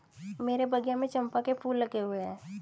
मेरे बगिया में चंपा के फूल लगे हुए हैं